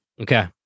Okay